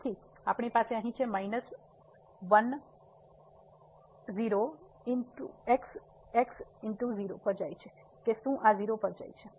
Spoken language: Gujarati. તેથી આપણી પાસે અહીં છે માઇનસ10 x x 0 પર જાય છે કે શું આ 0 પર જાય છે